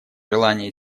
желание